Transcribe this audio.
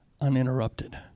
uninterrupted